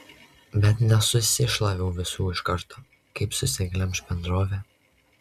bet nesusišlaviau visų iš karto kaip susiglemš bendrovė